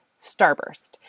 starburst